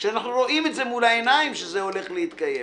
כשאנחנו רואים את זה מול העיניים שזה הולך להתקיים.